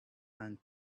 and